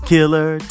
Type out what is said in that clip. Killer